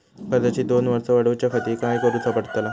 कर्जाची दोन वर्सा वाढवच्याखाती काय करुचा पडताला?